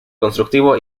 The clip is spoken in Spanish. constructivo